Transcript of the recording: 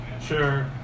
Sure